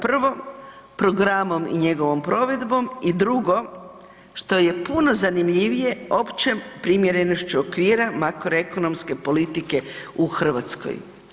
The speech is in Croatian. Prvo programom i njegovom provedbom i drugo je puno zanimljivije opće primjerenošću okvira makroekonomske politike u Hrvatskoj.